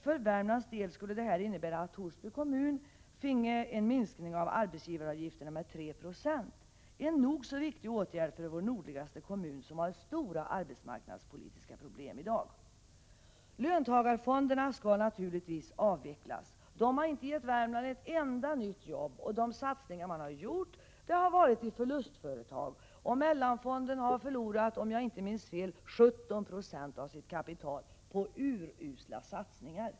För Värmlands del skulle detta innebära att Torsby kommun finge en minskning av arbetsgivaravgifterna med 3 96 — en nog så viktig åtgärd för vår nordligaste kommun, som har stora arbetsmarknadspolitiska problem i dag. Löntagarfonderna skall naturligtvis avvecklas. De har inte gett Värmland ett enda nytt arbete. De satsningar som har gjorts har gällt förlustföretag. Mellanfonden har, om jag inte minns fel, förlorat 17 96 av sitt kapital på urusla satsningar.